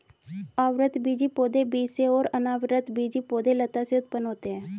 आवृतबीजी पौधे बीज से और अनावृतबीजी पौधे लता से उत्पन्न होते है